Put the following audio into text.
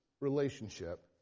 relationship